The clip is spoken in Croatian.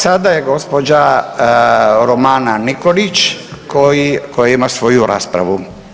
Sada je gospođa Romana Nikolić koja ima svoju raspravu.